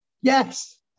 Yes